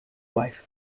wife